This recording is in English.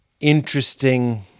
interesting